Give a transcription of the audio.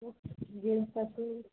suit gents का suit